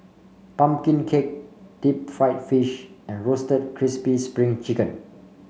pumpkin cake Deep Fried Fish and Roasted Crispy Spring Chicken